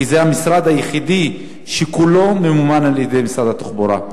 כי זה המשרד היחידי שכולו ממומן על-ידי משרד התחבורה.